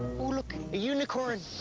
look, a unicorn!